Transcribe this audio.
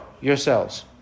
yourselves